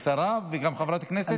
היא שרה וגם חברת כנסת?